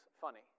funny